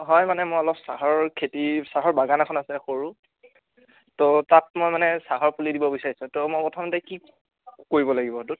হয় মানে মই অলপ চাহৰ খেতি চাহৰ বাগান এখন আছে সৰু ত' তাত মই মানে চাহৰ পুলি দিব বিচাৰিছোঁ ত' মই প্ৰথমতে কি কৰিব লাগিব সেইটোত